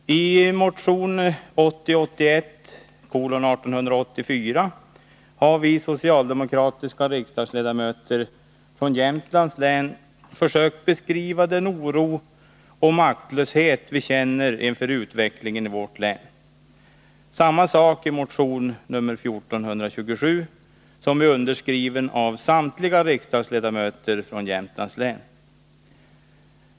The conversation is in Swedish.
Herr talman! I motion 1980 81:1427, som är underskriven av samtliga riksdagsledamöter från Jämtlands län.